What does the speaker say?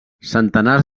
centenars